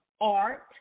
art